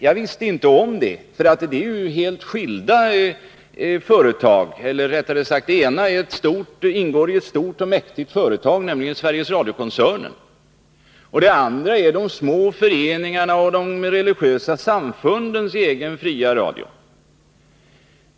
Men visste inte om det, för det är ju helt skilda etermedia. Eller Närradioverksamrättare sagt: Det ena ingår i ett stort och mäktigt företag, nämligen Sveriges het Radio-koncernen, och det andra är de små föreningarnas och de religiösa samfundens egen fria radio.